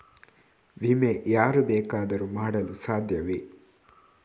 ವಿಮೆ ಯಾರು ಬೇಕಾದರೂ ಮಾಡಲು ಸಾಧ್ಯವೇ?